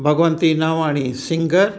Bhagwanti Navani singer